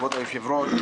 כבוד היושב-ראש,